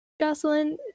Jocelyn